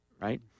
right